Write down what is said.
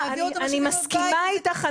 אני מסכימה איתך,